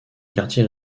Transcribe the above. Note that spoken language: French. quartier